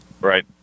Right